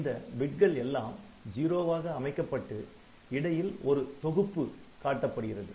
இந்த பிட்கள் எல்லாம் '0' வாக அமைக்கப்பட்டு இடையில் ஒரு தொகுப்பு காட்டப்படுகிறது